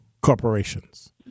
corporations